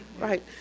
right